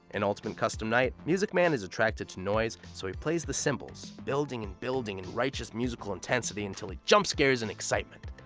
in ultimate custom night, music man is attracted to noise, so he plays the cymbals, building and building in righteous musical intensity until he jumpscares in excitement.